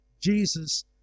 Jesus